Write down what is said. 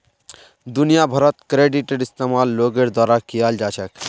दुनिया भरत क्रेडिटेर इस्तेमाल लोगोर द्वारा कियाल जा छेक